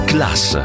Class